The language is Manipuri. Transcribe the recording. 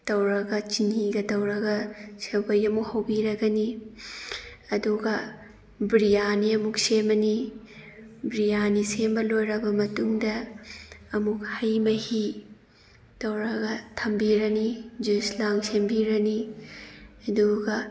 ꯇꯧꯔꯒ ꯆꯤꯅꯤꯒ ꯇꯧꯔꯒ ꯁꯦꯋꯩ ꯑꯃꯨꯛ ꯍꯧꯕꯤꯔꯒꯅꯤ ꯑꯗꯨꯒ ꯕ꯭ꯔꯤꯌꯥꯅꯤ ꯑꯃꯨꯛ ꯁꯦꯝꯃꯅꯤ ꯕ꯭ꯔꯤꯌꯥꯅꯤ ꯁꯦꯝꯕ ꯂꯣꯏꯔꯕ ꯃꯇꯨꯡꯗ ꯑꯃꯨꯛ ꯍꯩ ꯃꯍꯤ ꯇꯧꯔꯒ ꯊꯝꯕꯤꯔꯅꯤ ꯖꯨꯁ ꯂꯥꯡ ꯁꯦꯝꯕꯤꯔꯅꯤ ꯑꯗꯨꯒ